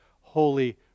holy